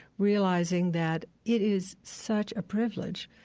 realizing that it is such a privilege.